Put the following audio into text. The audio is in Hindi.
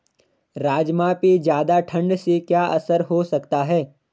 राजमा पे ज़्यादा ठण्ड से क्या असर हो सकता है?